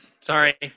Sorry